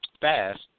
fast